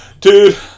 Dude